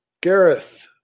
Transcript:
Gareth